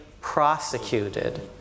prosecuted